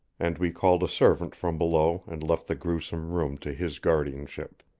and we called a servant from below and left the gruesome room to his guardianship.